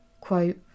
Quote